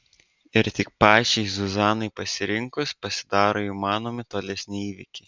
ir tik pačiai zuzanai pasirinkus pasidaro įmanomi tolesni įvykiai